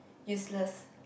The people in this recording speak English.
useless